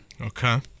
Okay